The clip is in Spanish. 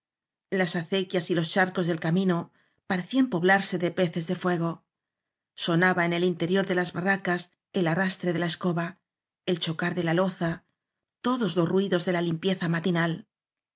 las acequias y los charcos del camino parecían poblarse de peces de fuego sonaba en el interior de las barracas el arrastre de la escoba el chocar de la loza todos los ruidos de la limpieza matinal